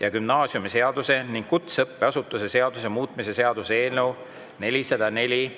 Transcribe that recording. ja gümnaasiumiseaduse ning kutseõppeasutuse seaduse muutmise seaduse eelnõu 404.